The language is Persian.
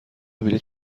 بلیط